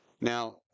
Now